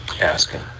asking